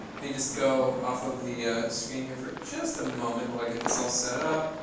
me just go off of the screen here for just a moment while i get this all set up.